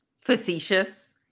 Facetious